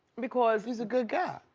because he's a good guy.